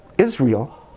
Israel